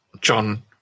john